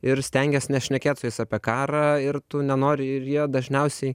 ir stengies nešnekėt su jais apie karą ir tu nenori ir jie dažniausiai